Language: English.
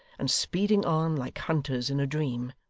and speeding on, like hunters in a dream.